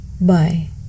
Bye